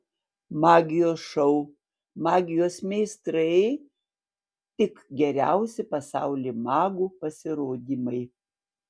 magijos šou magijos meistrai tik geriausi pasaulio magų pasirodymai